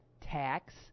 tax